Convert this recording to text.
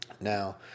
Now